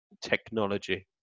technology